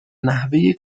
نحوه